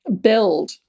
build